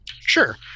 Sure